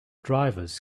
drivers